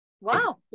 Wow